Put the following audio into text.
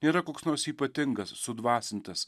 nėra koks nors ypatingas sudvasintas